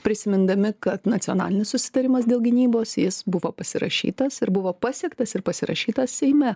prisimindami kad nacionalinis susitarimas dėl gynybos jis buvo pasirašytas ir buvo pasiektas ir pasirašytas seime